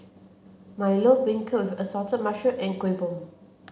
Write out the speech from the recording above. Milo Beancurd Assorted and Kuih Bom